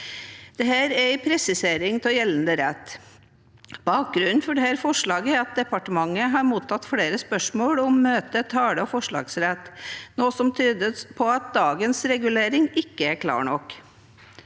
Det er en presisering av gjeldende rett. Bakgrunnen for dette forslaget er at departementet har mottatt flere spørsmål om møte-, tale- og forslagsrett, noe som tyder på at dagens regulering ikke er klar nok.